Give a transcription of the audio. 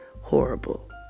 Horrible